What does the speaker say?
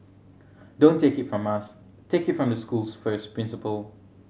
don't take it from us take it from the school's first principal